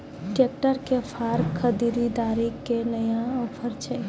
Tractor के फार खरीदारी के लिए नया ऑफर छ?